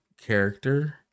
character